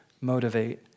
motivate